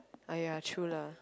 ah ya true lah